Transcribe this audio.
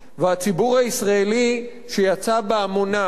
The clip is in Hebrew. והציבור הישראלי, שיצא בהמוניו,